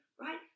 right